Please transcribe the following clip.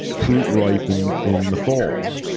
fruit ripen in the fall,